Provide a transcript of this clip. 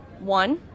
One